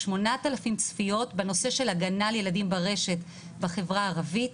8,000 צפיות בנושא של הגנה על ילדים ברשת בחברה הערבית.